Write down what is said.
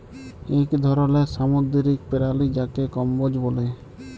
ইক ধরলের সামুদ্দিরিক পেরালি যাকে কম্বোজ ব্যলে